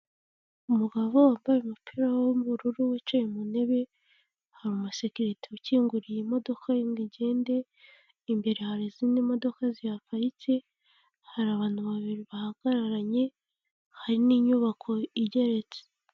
Umugabo wambaye umupira w'ubururu wicaye mu ntebe, hari umusekirite ukinguriye modoka ye ngo igende, imbere hari izindi modoka zihaparitse, hari abantu babiri bahagararanye, hari n'inyubako igeretse.